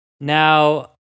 Now